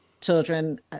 children